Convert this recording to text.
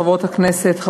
חברות הכנסת,